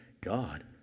God